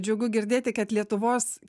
džiugu girdėti kad lietuvos